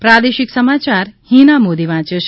પ્રાદેશિક સમાચાર હીના મોદી વાંચે છે